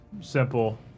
simple